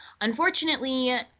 Unfortunately